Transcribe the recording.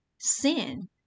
sin